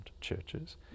churches